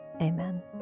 Amen